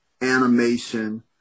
animation